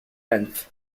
length